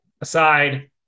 aside